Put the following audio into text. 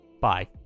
bye